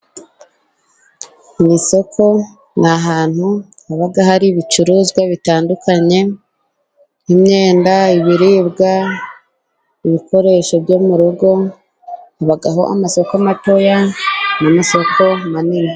Mu isoko ni ahantutu haba hari ibicuruzwa bitandukanye, nk'imyenda ibiribwa ibikoresho byo mu rugo, amasoko matoya namasoko manini.